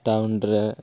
ଟାଉନ୍ରେ